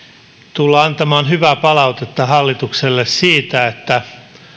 tulla antamaan hyvää palautetta hallitukselle siitä että